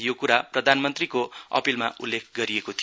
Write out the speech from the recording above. यो कुरा प्रधानमन्त्रीको अपीलमा उल्लेख थियो